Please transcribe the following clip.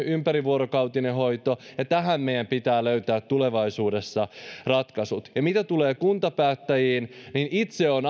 ympärivuorokautinen hoito on keskittynyt ja tähän meidän pitää löytää tulevaisuudessa ratkaisut ja mitä tulee kuntapäättäjiin niin ainakin itse olen